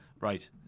Right